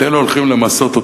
את אלה הולכים למסות.